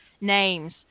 names